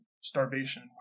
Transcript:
starvation